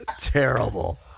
terrible